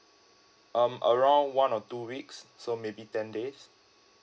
um around one or two weeks so maybe ten days